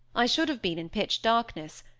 i should have been in pitch-darkness,